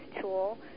tool